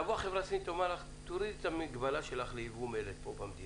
תבוא החברה הסינית ותאמר לך להוריד את המגבלה לייבוא מלט במדינה,